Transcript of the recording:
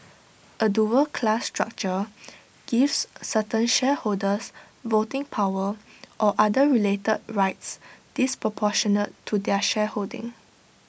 A dual class structure gives certain shareholders voting power or other related rights disproportionate to their shareholding